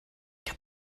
get